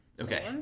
Okay